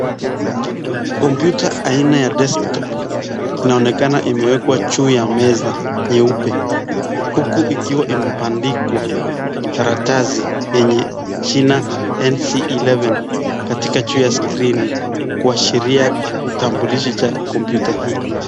(Computer)aina ya (deski top). Inaonekana imewekwa juu ya meza nyeupe. Huku ikiwa imepandikwa karatasi yenye jina (NC11) katika juu ya Skrini kuashiria kitambulisho cha (computer) hii.